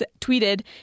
tweeted